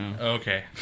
Okay